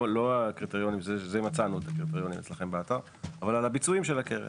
לא הקריטריונים אותם מצאנו אצלכם באתר אבל על הביצועים של הקרן?